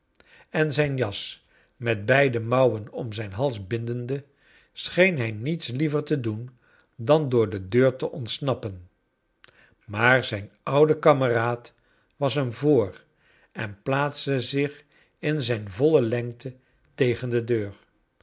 en zijne jas met beide mo u wen om zijn hals bindende scheen hij niets liever te doen dan door de deur te ontsnappen maar zijn oude kameraad was hem voor en plaatste zich in zijn voile lengte tegen de deur